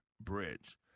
bridge